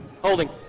Holding